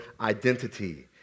identity